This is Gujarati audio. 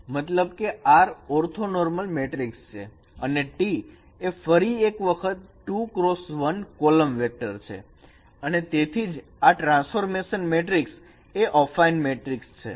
મતલબ કે R ઓર્થોનોર્મલ મેટ્રિક છે અને T એ ફરી એક વખત 2 x 1 કોલમ વેક્ટર છે અને તેથીજ આ ટ્રાન્સફોર્મેશન મેટ્રિક્સ એ અફાઈન મેટ્રિક છે